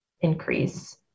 increase